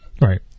Right